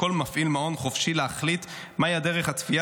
וכל מפעיל מעון חופשי להחליט מהי דרך הצפייה